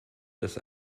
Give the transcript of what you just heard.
das